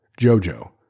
Jojo